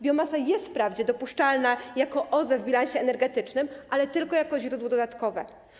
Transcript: Biomasa jest wprawdzie dopuszczalna jako OZE w bilansie energetycznym, ale tylko jako źródło dodatkowe.